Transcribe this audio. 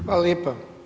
Hvala lijepa.